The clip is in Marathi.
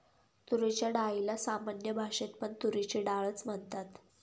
तुरीच्या डाळीला सामान्य भाषेत पण तुरीची डाळ च म्हणतात